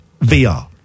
VR